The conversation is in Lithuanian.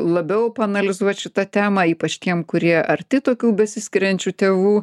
labiau paanalizuot šitą temą ypač tiem kurie arti tokių besiskiriančių tėvų